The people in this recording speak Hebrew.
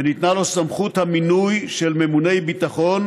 וניתנה לו סמכות המינוי של ממוני הביטחון